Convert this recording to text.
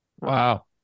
wow